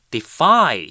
Defy